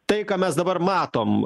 tai ką mes dabar matom